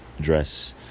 dress